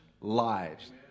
lives